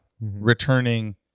Returning